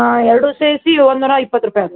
ಹಾಂ ಎರಡು ಸೇರಿಸಿ ಒಂದು ನೂರ ಇಪ್ಪತ್ತು ರೂಪಾಯಿ ಆಗುತ್ತೆ